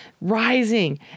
rising